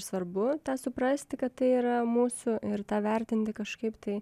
svarbu tą suprasti kad tai yra mūsų ir tą vertinti kažkaip tai